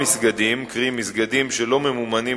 התש"ע (2 בדצמבר 2009): בכמה יישובים נטען כי קולות המואזין,